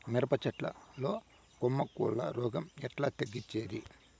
మిరప చెట్ల లో కొమ్మ కుళ్ళు రోగం ఎట్లా తగ్గించేది?